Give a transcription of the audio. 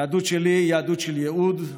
היהדות שלי היא יהדות של ייעוד,